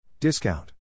Discount